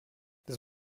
this